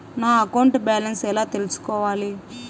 నా account balance ఎలా తెల్సుకోవాలి